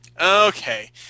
Okay